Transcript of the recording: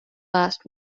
last